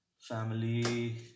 family